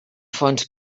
fons